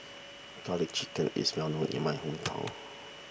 Garlic Chicken is well known in my hometown